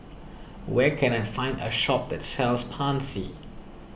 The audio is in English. where can I find a shop that sells Pansy